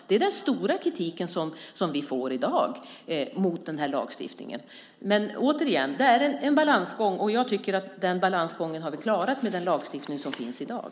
Det är den huvudsakliga kritik som vi i dag får mot denna lagstiftning. Det är en balansgång, och jag tycker att vi har klarat den balansgången med den lagstiftning som finns i dag.